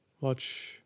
watch